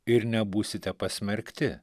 ir nebūsite pasmerkti